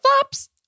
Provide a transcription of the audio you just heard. flops